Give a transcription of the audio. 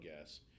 gas